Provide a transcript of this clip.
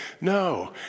No